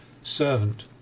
servant